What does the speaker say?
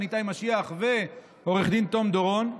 ניתאי משיח ועו"ד תום דורון.